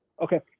okay